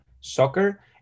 soccer